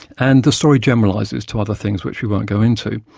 and the story generalises to other things which we won't go into,